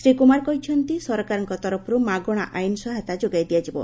ଶ୍ରୀ କୁମାର କହିଛନ୍ତି ସରକାରଙ୍କ ତରଫରୁ ମାଗଣା ଆଇନ ସହାୟତା ଯୋଗାଇ ଦିଆଯିବ